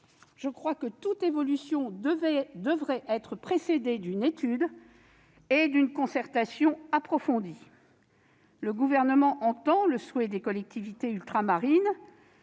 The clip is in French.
À mon sens, toute évolution devrait être précédée d'une étude et d'une concertation approfondie. Le Gouvernement entend le souhait des collectivités ultramarines